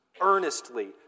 earnestly